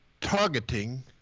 targeting